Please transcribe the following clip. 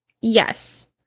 Yes